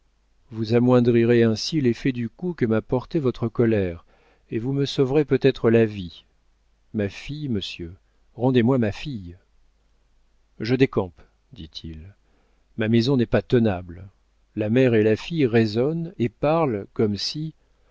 vous amoindrirez ainsi l'effet du coup que m'a porté votre colère et vous me sauverez peut-être la vie ma fille monsieur rendez-moi ma fille je décampe dit-il ma maison n'est pas tenable la mère et la fille raisonnent et parlent comme si